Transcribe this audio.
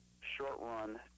short-run